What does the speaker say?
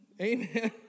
Amen